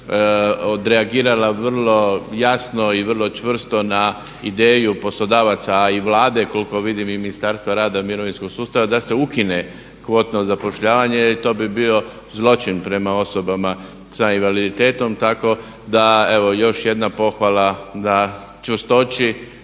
odreagirala vrlo jasno i vrlo čvrsto na ideju poslodavaca a i Vlade koliko vidi i Ministarstva rada i mirovinskog sustava da se ukine kvotno zapošljavanje. I to bi bio zločin prema osobama sa invaliditetom. Tako da evo još jedna pohvala na čvrstoći